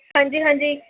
ਹਾਂਜੀ ਹਾਂਜੀ